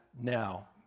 now